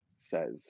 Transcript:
says